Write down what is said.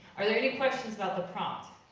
are there any questions about the prompt?